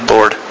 Lord